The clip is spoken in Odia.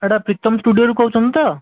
ଏଇଟା ପ୍ରିତମ ଷ୍ଟୁଡ଼ିଓରୁ କହୁଛନ୍ତି ତ